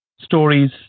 stories